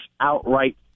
outright